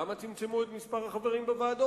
למה צמצמו את מספר החברים בוועדות?